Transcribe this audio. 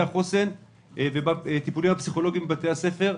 החוסן ובטיפולים הפסיכולוגיים בבתי הספר.